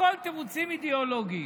הכול תירוצים אידיאולוגיים.